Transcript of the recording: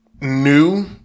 new